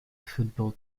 football